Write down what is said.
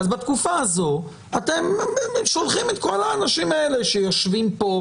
בתקופה הזאת אתם שולחים את כל האנשים האלה שיושבים כאן לבדיקות.